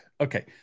okay